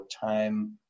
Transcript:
Time